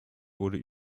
wurde